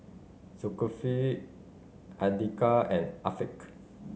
Zulkifli Andika and Afiq